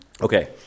Okay